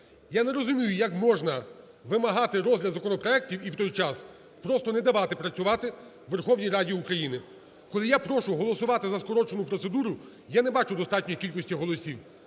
Я не розумію, як можна вимагати розгляд законопроектів і в той час просто не давати працювати Верховній Раді України. Коли я прошу голосувати за скорочену процедуру, я не бачу достатньої кількості голосів.